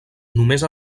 només